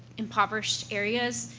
impoverished areas